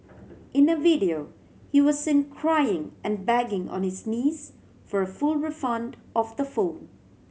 in a video he was seen crying and begging on his knees for a full refund of the phone